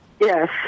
Yes